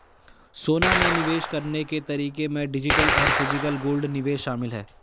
सोना में निवेश करने के तरीके में डिजिटल और फिजिकल गोल्ड निवेश शामिल है